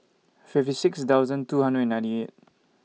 fifty six thousand two hundred and ninety eight